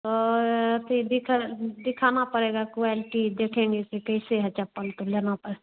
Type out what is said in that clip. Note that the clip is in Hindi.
हाँ अथी दिख दिखाना पड़ेगा क्वालिटी देखेंगे कि कैसे है चप्पल तो लेना पड़ेगा